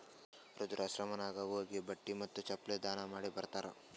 ವೃದ್ಧಾಶ್ರಮನಾಗ್ ಹೋಗಿ ಬಟ್ಟಿ ಮತ್ತ ಚಪ್ಪಲ್ ದಾನ ಮಾಡಿ ಬರ್ತಾರ್